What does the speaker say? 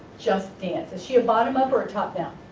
just dance. is she a bottom up or top down?